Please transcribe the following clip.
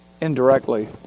indirectly